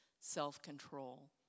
self-control